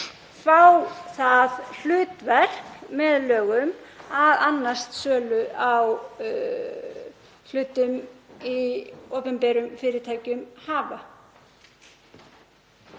fá það hlutverk með lögum að annast sölu á hlutum í opinberum fyrirtækjum.